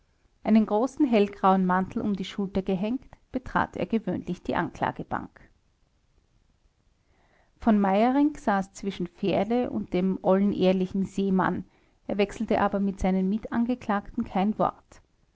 einen großen hellgrauen mantel um die schulter gehängt betrat er gewöhnlich die anklagebank v meyerinck saß zwischen fährle und dem ollen ehrlichen seemann er wechselte aber mit seinen mitangeklagten kein wort